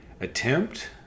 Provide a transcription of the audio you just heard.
attempt